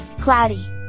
Cloudy